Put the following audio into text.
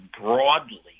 broadly